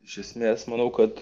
iš esmės manau kad